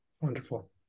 Wonderful